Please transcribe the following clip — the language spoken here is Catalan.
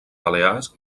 balears